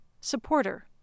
Supporter